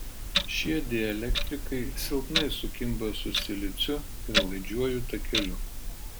šie dielektrikai silpnai sukimba su siliciu ir laidžiuoju takeliu